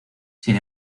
sin